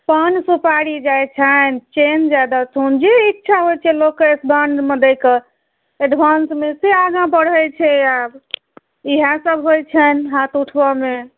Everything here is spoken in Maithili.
पान सुपारी जाइत छनि चैन दए देथुन जे ईच्छा होइत छै लोककेँ मे दै कऽ एडवान्समे से आगाँ बढ़ैत छै आब इएह सब होइत छनि हाथ उठबैमे